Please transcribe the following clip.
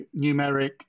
numeric